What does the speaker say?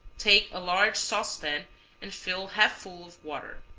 take a large saucepan and fill half full of water.